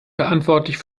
verantwortlich